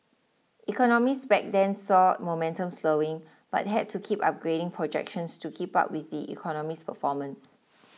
economists back then saw momentum slowing but had to keep upgrading projections to keep up with the economy's performance